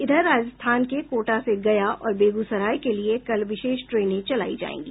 इधर राजस्थान के कोटा से गया और बेगूसराय के लिए कल विशेष ट्रेनें चलायी जायेंगी